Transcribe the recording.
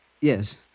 Yes